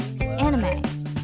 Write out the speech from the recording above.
anime